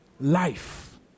life